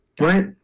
Right